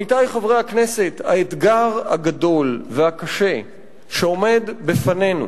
עמיתי חברי הכנסת, האתגר הגדול והקשה שעומד בפנינו